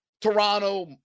Toronto